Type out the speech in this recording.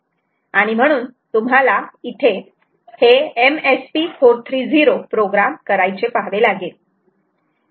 आणि म्हणून तुम्हाला इथे हे MSP 430 प्रोग्राम करायचे पहावे लागेल